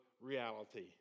reality